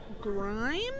grime